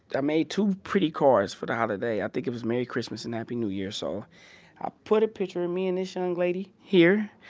i made two pretty cards for the holiday, i think it was merry christmas and happy new year. so i put a picture of me and this young lady here,